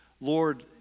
Lord